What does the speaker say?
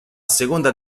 seconda